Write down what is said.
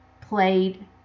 played